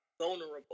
vulnerable